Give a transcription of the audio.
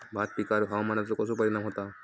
भात पिकांर हवामानाचो कसो परिणाम होता?